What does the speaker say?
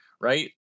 right